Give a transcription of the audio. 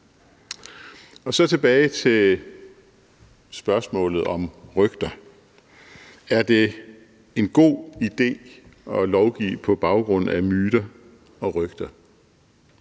Så tilbage til spørgsmålet om rygter. Er det en god idé at lovgive på baggrund af myter og rygter?